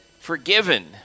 forgiven